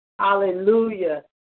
hallelujah